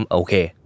okay